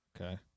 Okay